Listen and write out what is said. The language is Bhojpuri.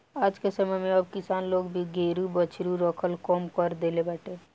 आजके समय में अब किसान लोग भी गोरु बछरू रखल कम कर देले बाटे